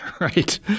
right